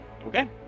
okay